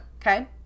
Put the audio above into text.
Okay